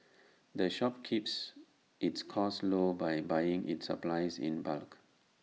the shop keeps its costs low by buying its supplies in bulk